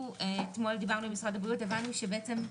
את זה משרד הבריאות מבקש לבטל.